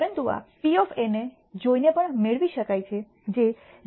પરંતુ આ P ને જોઈને પણ મેળવી શકાય છે જે 0